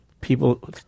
people